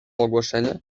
ogłoszenie